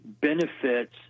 benefits